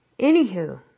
anywho